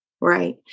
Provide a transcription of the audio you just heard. right